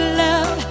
love